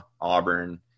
Auburn